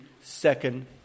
second